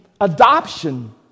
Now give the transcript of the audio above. adoption